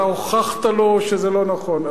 ואתה הוכחת לו שזה לא נכון.